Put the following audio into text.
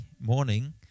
morning